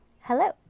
Hello